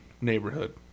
neighborhood